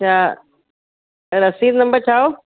छा रसीद नम्बर छा हो